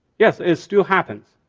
yes it still happens,